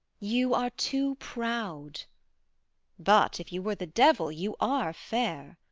you are too proud but, if you were the devil, you are fair.